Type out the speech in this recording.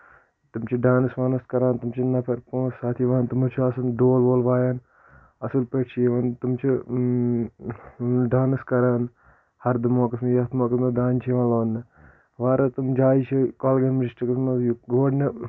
تِم چھِ ڈانٕس وانٕس کَران تِم چھِ نفَر پانٛژھ سَتھ یِوان تمن چھُ آسان ڈول وول وایان اَصٕل پٲٹھۍ چھِ یِوان تِم چھِ ڈانٕس کَران ہردٕ موقعس منٛز یَتھ موقعس منٛز دانہِ چھُ یِوان لونٕنہٕ واریاہ تِم جایہِ چھِ کۄلگٲمۍ ڈسٹرکٹس منٛز یور نہٕ